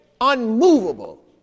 unmovable